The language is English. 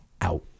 out